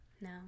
No